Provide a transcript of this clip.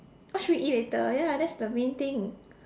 what should we eat later ya that's the main thing